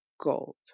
gold